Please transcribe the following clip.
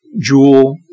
Jewel